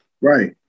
Right